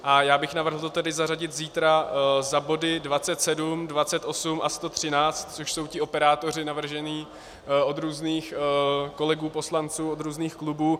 A já bych navrhl to tedy zařadit zítra za body 27, 28 a 113, což jsou ti operátoři navržení od různých kolegů poslanců, od různých klubů.